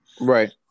Right